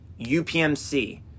UPMC